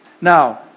Now